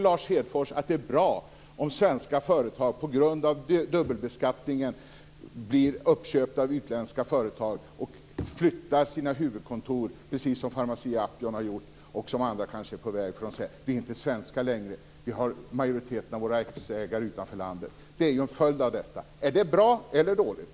Lars Hedfors att det är bra om svenska företag på grund av dubbelbeskattningen blir uppköpta av utländska företag och flyttar sina huvudkontor, precis som Pharmacia & Upjohn har gjort och som andra kanske är på väg att göra? De säger: Vi är inte svenska längre. Vi har majoriteten av våra aktieägare utanför landet. Det är ju en följd av detta. Är det bra eller dåligt?